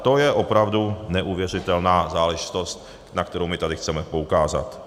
To je opravdu neuvěřitelná záležitost, na kterou my chceme tady poukázat.